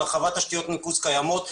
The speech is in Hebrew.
של הרחבת תשתיות ניקוז קיימות.